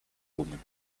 woman